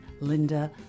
Linda